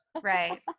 Right